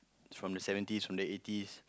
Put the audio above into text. from the seventies from the eighties